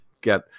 get